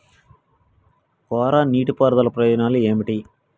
కోరా నీటి పారుదల ప్రయోజనాలు ఏమిటి?